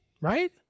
right